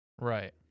Right